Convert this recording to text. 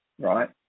right